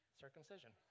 Circumcision